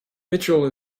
mitchell